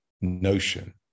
notion